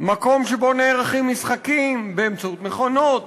מקום שבו נערכים משחקים: באמצעות מכונות,